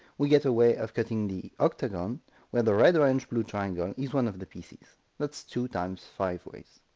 we get a way of cutting the octagon where the red-orange-blue triangle and is one of the pieces that's two times five ways.